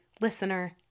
listener